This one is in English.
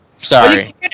Sorry